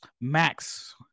Max